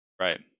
right